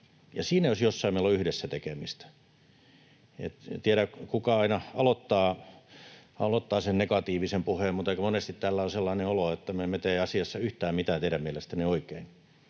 Siinä, jos jossain, meillä on yhdessä tekemistä. En tiedä, kuka aina aloittaa sen negatiivisen puheen, mutta aika monesti täällä on sellainen olo, että me emme tee asiassa yhtään mitään oikein teidän mielestänne,